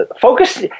focus